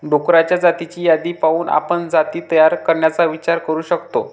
डुक्करांच्या जातींची यादी पाहून आपण जाती तयार करण्याचा विचार करू शकतो